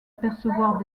percevoir